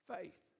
faith